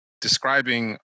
describing